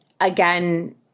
again